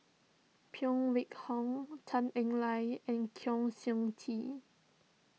Phan Wait Hong Tan Eng Liang and Kwa Siew Tee